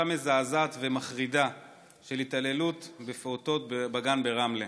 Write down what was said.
מזעזעת ומחרידה של התעללות בפעוטות בגן ברמלה.